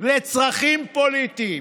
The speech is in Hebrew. לצרכים פוליטיים.